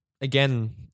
again